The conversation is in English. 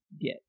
get